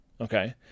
okay